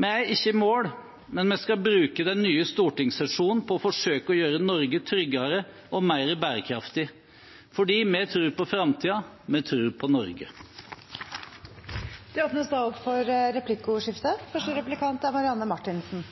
Vi er ikke i mål, men vi skal bruke den nye stortingssesjonen på å forsøke å gjøre Norge tryggere og mer bærekraftig – fordi vi tror på framtiden. Vi tror på